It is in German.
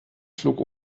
flug